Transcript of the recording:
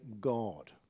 God